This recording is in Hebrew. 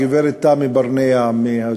אותה, גברת תמי ברנע מה"ג'וינט",